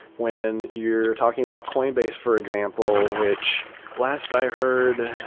when you're talking about coinbase, for example, which last i heard,